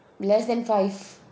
less than five